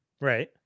Right